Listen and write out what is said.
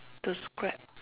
to scrap